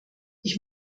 ich